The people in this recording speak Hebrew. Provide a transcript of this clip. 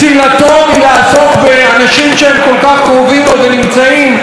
שהם כל כך קרובים לו ונמצאים בקשרים כל כך הדוקים איתו?